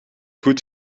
goed